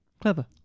clever